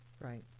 right